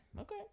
okay